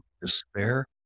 despair